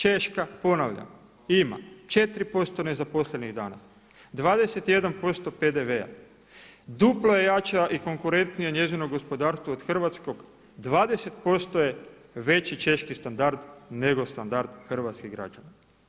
Češka ponavljam ima 4% nezaposlenih danas, 21% PDV-a, duplo je jače i konkurentnije njezino gospodarstvo od hrvatskog, 20% je veći češki standard nego standard hrvatskih građana.